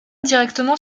directement